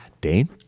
Dane